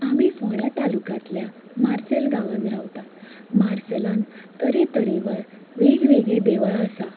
आमी फोंड्या तालुक्यांतल्या मार्शेल गावांत रावतात मार्शेलान तरेतरेवार वेगवेगळीं देवळां आसात